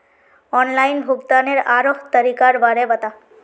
online भुग्तानेर आरोह तरीकार बारे बता